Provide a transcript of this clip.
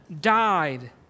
died